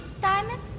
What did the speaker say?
diamond